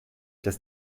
dass